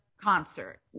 concert